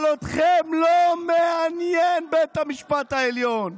אבל אתכם לא מעניין בית המשפט העליון,